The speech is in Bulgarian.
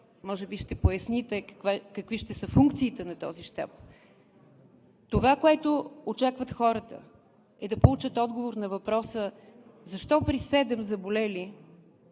може би ще поясните какви ще са функциите на този щаб. Това, което очакват хората, е да получат отговор на въпроса: защо при седем заболели,